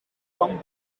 from